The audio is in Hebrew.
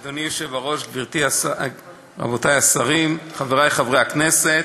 אדוני היושב-ראש, רבותי השרים, חברי חברי הכנסת,